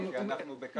כי אנחנו בכמה חזיתות.